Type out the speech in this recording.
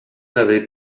n’avez